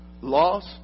loss